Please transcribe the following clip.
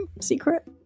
secret